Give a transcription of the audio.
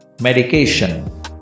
Medication